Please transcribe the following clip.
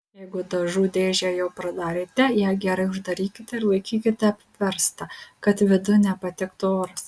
jeigu dažų dėžę jau pradarėte ją gerai uždarykite ir laikykite apverstą kad vidun nepatektų oras